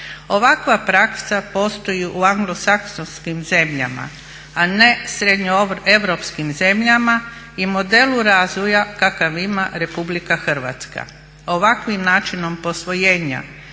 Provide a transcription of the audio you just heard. Ovakva praksa postoji u anglo-saksonskim zemljama, a ne srednjoeuropskim zemljama i modelu razvoju kakav ima Republika Hrvatska. Ovakvim načinom posvojenja